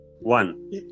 one